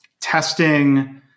testing